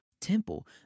temple